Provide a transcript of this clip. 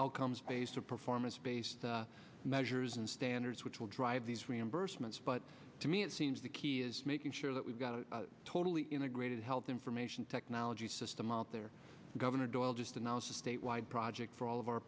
outcomes based of performance based measures and standards which will drive these reimbursements but to me it seems the key is making sure that we've got a totally integrated health information technology system out there governor doyle just announced a state wide project for all of our